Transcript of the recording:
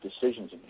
decisions